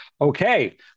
okay